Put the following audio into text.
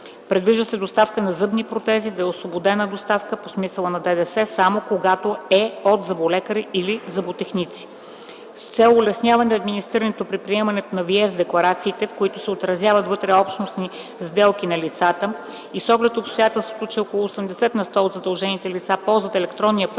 Предвижда се доставката на зъбни протези да е освободена доставка по смисъла на ЗДДС, само когато е от зъболекари или зъботехници. С цел улесняване администрирането при приемането на VIES декларациите, в които се отразяват вътреобщностните сделки на лицата, и с оглед на обстоятелството, че около 80 на сто от задължените лица ползват електронния път